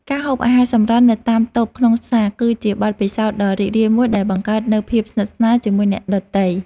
ការហូបអាហារសម្រន់នៅតាមតូបក្នុងផ្សារគឺជាបទពិសោធន៍ដ៏រីករាយមួយដែលបង្កើតនូវភាពស្និទ្ធស្នាលជាមួយអ្នកដទៃ។